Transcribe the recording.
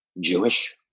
Jewish